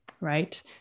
right